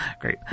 Great